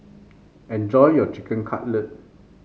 enjoy your Chicken Cutlet